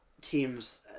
Teams